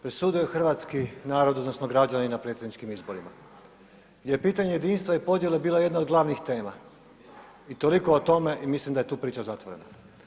Presudili hrvatski narod odnosno građani na predsjedničkim izborima gdje je pitanje jedinstva i podjele bilo jedno od glavnih tema i toliko o tome i mislim da je tu priča zatvorena.